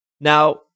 Now